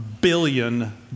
billion